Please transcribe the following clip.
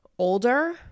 older